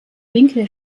winkel